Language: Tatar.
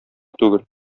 түгел